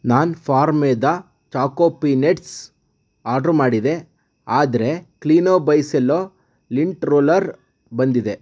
ನಾನ್ ಫಾರ್ಮ್ವೇದ choco peanuts order ಮಾಡಿದೆ ಆದರೆ Cleano by Cello lint roller ಬಂದಿದೆ